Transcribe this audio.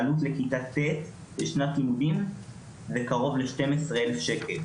העלות לכיתה ט' לשנת לימודים זה קרוב לשנים עשר אלף שקל.